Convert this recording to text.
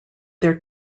their